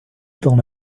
dans